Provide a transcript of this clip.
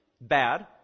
bad